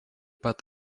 pat